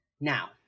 now